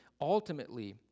ultimately